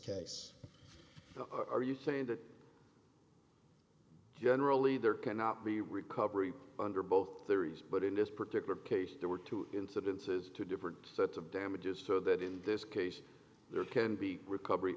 case are you saying that generally there cannot be recovery under both theories but in this particular case there were two incidences two different sets of damages so that in this case there can be recovery